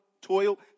toil